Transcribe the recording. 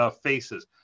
faces